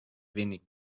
wenig